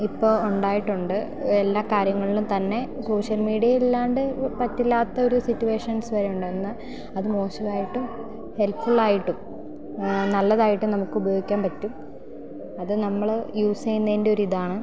ഇപ്പോൾ ഉണ്ടായിട്ടുണ്ട് എല്ലാ കാര്യങ്ങളിലും തന്നെ സോഷ്യൽ മീഡിയ ഇല്ലാണ്ട് പറ്റില്ലാത്തൊരു സിറ്റുവേഷൻസ് വരെ ഉണ്ടെന്ന് അത് മോശമായിട്ടും ഹെൽപ്ഫുള്ളായിട്ടും നല്ലതായിട്ട് നമുക്കുപയോഗിക്കാൻ പറ്റും അത് നമ്മൾ യൂസ് ചെയ്യുന്നതിറ്റൊരിതാണ്